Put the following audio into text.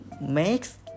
makes